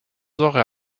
säure